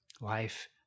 life